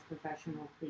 professional